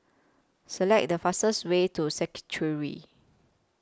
Select The fastest Way to secretary